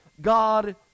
God